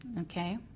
okay